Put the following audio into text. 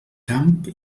camp